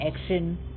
action